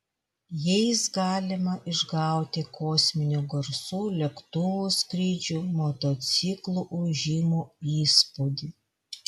jais galima išgauti kosminių garsų lėktuvų skrydžių motociklų ūžimo įspūdį